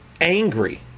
angry